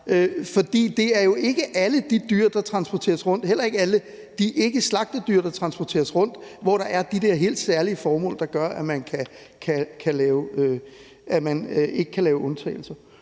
For det er jo ikke alle de dyr, der transporteres rundt, heller ikke alle de dyr, der ikke er slagtedyr, der transporteres rundt, hvor der er de der helt særlige formål, der gør, at man ikke kan lave undtagelser.